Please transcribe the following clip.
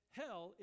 hell